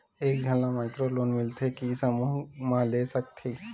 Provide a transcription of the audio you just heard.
एक झन ला माइक्रो लोन मिलथे कि समूह मा ले सकती?